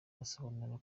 asobanura